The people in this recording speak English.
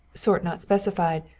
sort not specified,